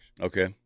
Okay